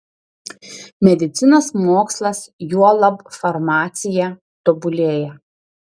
medicinos mokslas juolab farmacija tobulėja